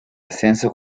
ascenso